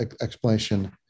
explanation